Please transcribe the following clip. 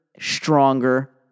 stronger